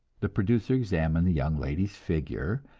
the producer examined the young lady's figure,